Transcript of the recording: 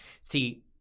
See